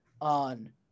on